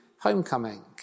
Homecoming